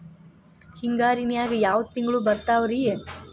ಹಿಂಗಾರಿನ್ಯಾಗ ಯಾವ ತಿಂಗ್ಳು ಬರ್ತಾವ ರಿ?